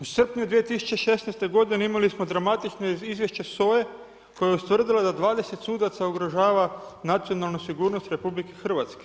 U srpnju 2016. godine imali smo dramatično izvješće SOA-e, koja je ustvrdila da 20 sudaca ugrožava nacionalnu sigurnost RH.